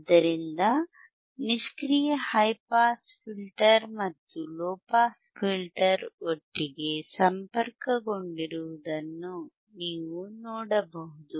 ಆದ್ದರಿಂದ ನಿಷ್ಕ್ರಿಯ high pass filter ಮತ್ತು ಲೊ ಪಾಸ್ ಫಿಲ್ಟರ್ ಒಟ್ಟಿಗೆ ಸಂಪರ್ಕಗೊಂಡಿರುವುದನ್ನು ನೀವು ನೋಡಬಹುದು